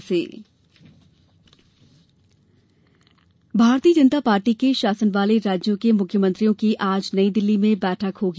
मुख्यमंत्री बैठक भारतीय जनता पार्टी के शासन वाले राज्यों के मुख्यमंत्रियों की आज नई दिल्ली में बैठक होगी